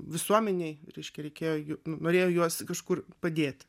visuomenei reiškia reikėjo norėjo juos kažkur padėt